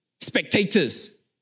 spectators